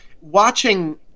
watching